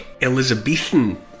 Elizabethan